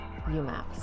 UMAPs